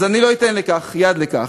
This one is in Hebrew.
אז אני לא אתן יד לכך,